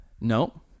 No